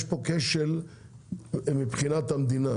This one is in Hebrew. יש פה כשל מבחינת המדינה,